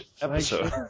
episode